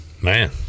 Man